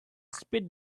spit